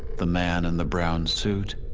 the man in the brown suit,